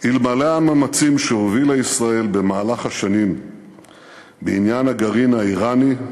אלמלא המאמצים שהובילה ישראל במהלך השנים בעניין הגרעין האיראני,